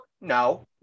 No